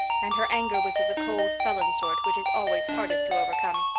and her anger was of the cold, sullen sort which is always hardest to overcome.